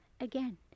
Again